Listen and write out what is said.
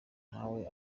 nawe